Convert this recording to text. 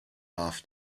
off